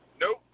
Nope